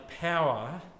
power